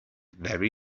very